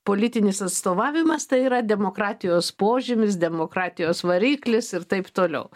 politinis atstovavimas tai yra demokratijos požymis demokratijos variklis ir taip toliau